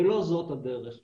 ולא זאת הדרך שלנו.